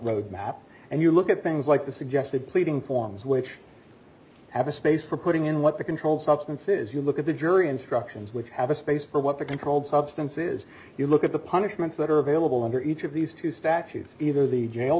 road map and you look at things like the suggested pleading forms which have a space for putting in what the controlled substances you look at the jury instructions which have a space for what the controlled substance is you look at the punishments that are available in each of these two statutes either the jail